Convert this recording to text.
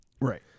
Right